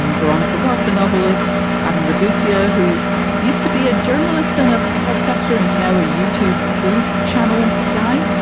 um veronica roth, the novelist adam ragusa, who used to be a journalist and a podcaster, is now a youtube food channel guy.